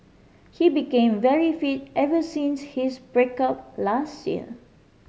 he became very fit ever since his break up last year